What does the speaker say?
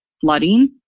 flooding